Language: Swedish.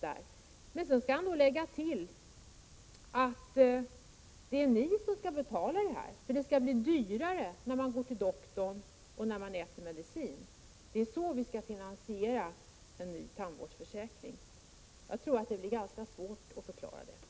Därefter måste han lägga till att det är de handikappade som skall betala detta. Det skall bli dyrare när man går till doktorn och när man äter medicin. Så skall vi finansiera en ny tandvårdsförsäkring. Jag tror det blir ganska svårt att förklara det.